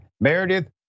Meredith